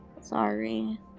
Sorry